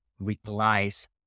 replies